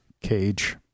Cage